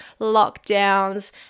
lockdowns